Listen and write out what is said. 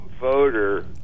voter